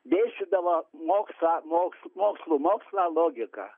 dėstydavo mokslą mokslų mokslą logika